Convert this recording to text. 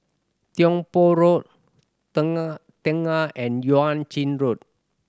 Tiong Poh Road Tengah and Yuan Ching Road